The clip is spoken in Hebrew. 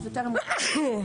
עזוב,